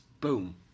Boom